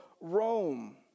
Rome